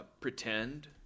pretend